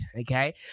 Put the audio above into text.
Okay